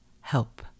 help